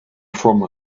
from